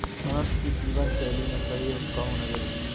मनुष्य की जीवन शैली में सहयोग का होना जरुरी है